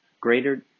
Greater